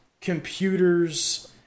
computers